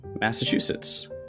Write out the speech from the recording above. Massachusetts